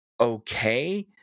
okay